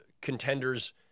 contenders